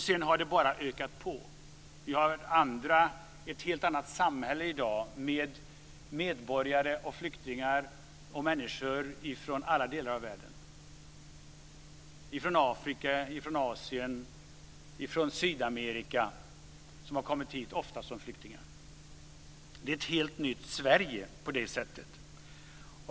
Sedan har det bara ökat på. Vi har ett helt annat samhälle i dag, med människor från alla delar av världen - från Afrika, Asien och Sydamerika - som ofta har kommit hit som flyktingar. Det är ett helt nytt Sverige på det sättet.